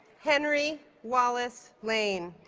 henry wallace lane